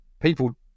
people